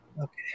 okay